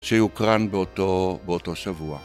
שהוקרן באותו, באותו שבוע.